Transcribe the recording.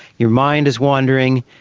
your mind is wandering,